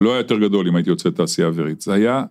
לא היה יותר גדול אם הייתי יוצאת תעשייה אווירית, זה היה